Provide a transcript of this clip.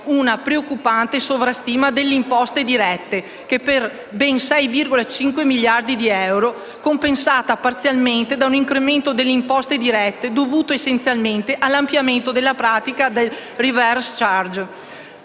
una preoccupante sovrastima delle imposte dirette per ben 6,5 miliardi di euro, compensata parzialmente da un incremento delle imposte indirette dovute essenzialmente all'ampliamento della pratica del *reverse charge*.